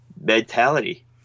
mentality